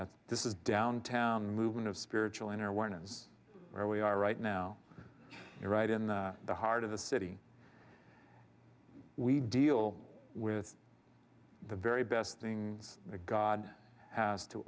that this is downtown movement of spiritual inner awareness where we are right now right in the heart of the city we deal with the very best thing a god has to